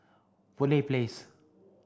Boon Lay Place